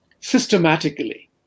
systematically